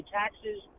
taxes